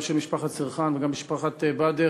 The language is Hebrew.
גם של משפחת סרחאן וגם של משפחת בדר,